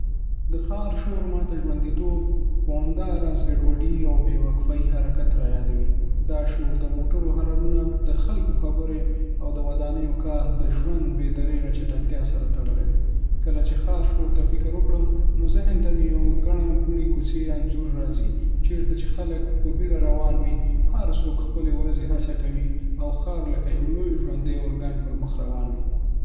د ښار شور ما ته ژونديتوب، خو همداراز ګډوډي او بې‌وقفې حرکت رايادوي. دا شور د موټرو هارنونه، خلکو خبرې، د ودانیو کار، او د ژوند بې‌درېغه چټکتیا سره تړلی دی. کله چې د ښار شور ته فکر وکړم، نو ذهن ته مې د یوې ګڼه ګوڼې کوڅې انځور راځي — چیرته چې خلک په بیړه روان وي، هر څوک خپلې ورځې هڅه کوي، او ښار لکه یو لوی، ژوندي ارګان پر مخ روان وي.